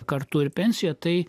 kartu ir pensija tai